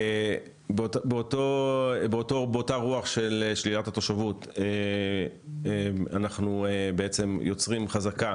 באותה רוח של שלילת התושבות אנחנו יוצרים חזקה